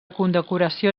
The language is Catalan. condecoració